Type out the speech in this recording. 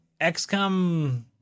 XCOM